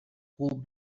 would